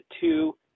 two